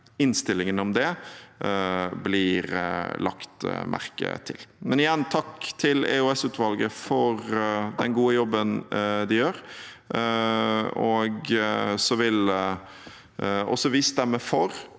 innstillingen om det, blir lagt merke til. Men igjen: Takk til EOS-utvalget for den gode jobben de gjør. Vi vil også stemme for